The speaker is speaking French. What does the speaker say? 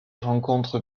rencontre